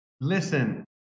listen